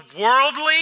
worldly